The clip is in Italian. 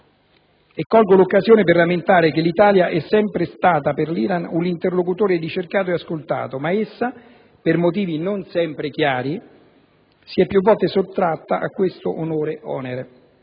Colgo l'occasione per rammentare che l'Italia è sempre stata per l'Iran un interlocutore ricercato ed ascoltato ma essa, per motivi non sempre chiari, si è più volte sottratta a questo onore-onere.